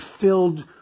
filled